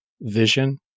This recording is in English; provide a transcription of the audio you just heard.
vision